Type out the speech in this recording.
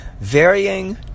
Varying